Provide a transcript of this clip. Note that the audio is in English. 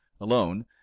alone